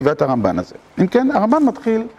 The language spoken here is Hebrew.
ואת הרמב"ן הזה. אם כן, הרמב"ן מתחיל...